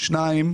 שתיים,